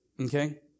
okay